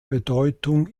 bedeutung